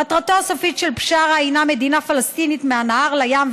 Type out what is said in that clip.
מטרתו הסופית של בשארה הינה מדינה פלסטינית מהנהר לים,